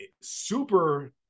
super